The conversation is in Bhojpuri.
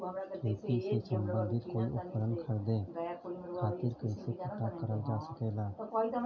खेती से सम्बन्धित कोई उपकरण खरीदे खातीर कइसे पता करल जा सकेला?